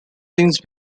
since